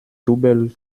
double